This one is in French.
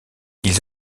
ils